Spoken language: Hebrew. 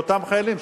לאותם חיילים,